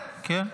כן.